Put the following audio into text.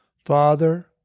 Father